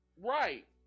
Right